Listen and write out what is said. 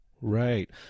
Right